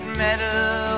metal